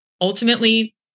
ultimately